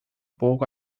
pouco